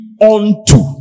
unto